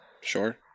sure